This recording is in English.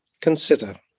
consider